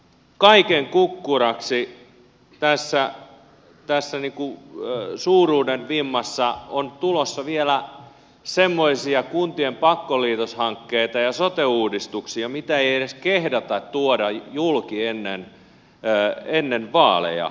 kaiken kukkuraksi tässä suuruuden vimmassa on tulossa vielä semmoisia kuntien pakkoliitoshankkeita ja sote uudistuksia mitä ei edes kehdata tuoda julki ennen vaaleja